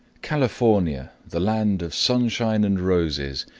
california, the land of sunshine and roses,